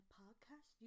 podcast